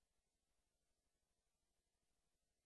אנחנו